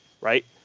right